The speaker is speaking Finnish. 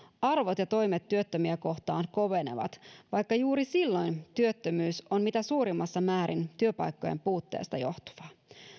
arvot ja toimet työttömiä kohtaan kovenevat vaikka juuri silloin työttömyys on mitä suurimmassa määrin työpaikkojen puutteesta johtuvaa